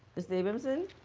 mr. abramson.